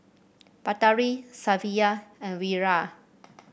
Batari Safiya and Wira